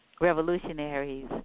revolutionaries